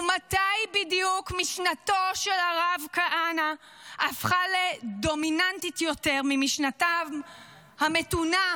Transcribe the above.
ומתי בדיוק משנתו של הרב כהנא הפכה לדומיננטית יותר ממשנותיהם המתונות